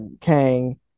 Kang